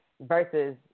Versus